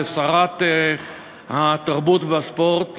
לשרת התרבות והספורט,